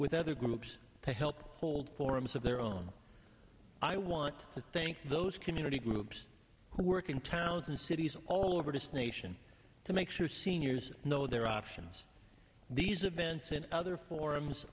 with other groups to help hold forums of their own i want to thank those community groups who work in towns and cities all over this nation to make sure seniors know their options these events and other forums